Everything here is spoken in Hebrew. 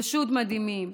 פשוט מדהימים: